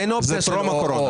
אין אופציה של או-או.